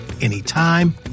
anytime